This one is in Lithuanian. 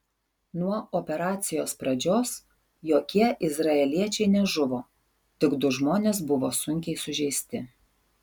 nuo operacijos pradžios jokie izraeliečiai nežuvo tik du žmonės buvo sunkiai sužeisti